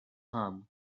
harm